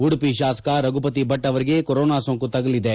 ಉಡುಪಿ ಶಾಸಕ ರಘುವತಿ ಭಟ್ ಅವರಿಗೆ ಕೊರೋನಾ ಸೋಂಕು ತಗುಲಿದೆ